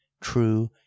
true